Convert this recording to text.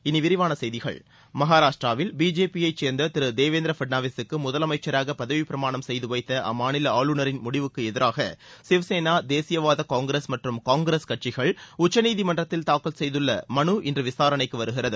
இனி விரிவான செய்திகள் மகாராஷ்டிராவில் பிஜேபியைச் சேர்ந்த திரு தேவேந்திர ஃபட்நாவிஸுக்கு முதலமைச்சராக பதவிப்பிரமாணம் செய்து வைத்த அம்மாநில ஆளுநரின் முடிவுக்கு எதிராக சிவசேனா தேசியவாத காங்கிரஸ் மற்றும் காங்கிரஸ் கட்சிகள் உச்சநீதிமன்றத்தில் தாக்கல் செய்துள்ள மனு இன்று விசாரணைக்கு வருகிறது